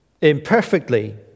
imperfectly